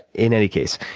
in any case,